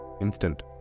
instant